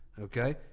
Okay